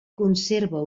conserva